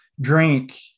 drink